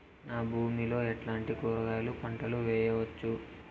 నా భూమి లో ఎట్లాంటి కూరగాయల పంటలు వేయవచ్చు?